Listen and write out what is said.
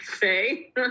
say